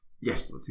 Yes